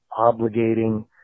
obligating